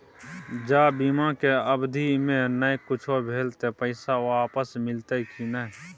ज बीमा के अवधि म नय कुछो भेल त पैसा वापस मिलते की नय?